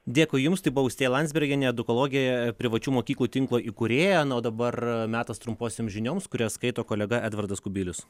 dėkui jums tai buvo austėja landsbergienė edukologė privačių mokyklų tinklo įkūrėja na o dabar metas trumposioms žinioms kurias skaito kolega edvardas kubilius